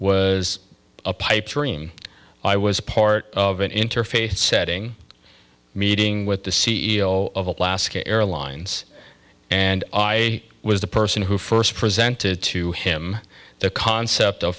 was a pipe dream i was part of an interfaith setting meeting with the c e o of alaska airlines and i was the person who first presented to him the concept of